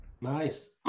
Nice